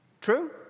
True